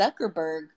Zuckerberg